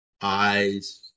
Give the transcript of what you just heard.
eyes